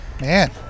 Man